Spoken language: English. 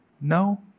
No